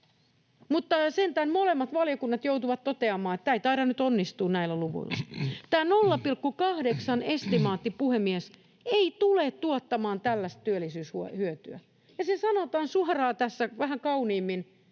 Mutta sentään molemmat valiokunnat joutuivat toteamaan, että tämä ei taida nyt onnistua näillä luvuilla. Tämä 0,8:n estimaatti, puhemies, ei tule tuottamaan tällaista työllisyyshyötyä, ja se sanotaan suoraan vähän kauniimmin